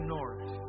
North